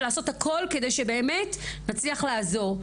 לעשות הכול כדי שבאמת נצליח לעזור,